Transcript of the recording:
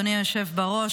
אדוני היושב בראש,